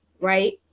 right